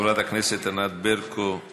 חברת הכנסת ענת ברקו,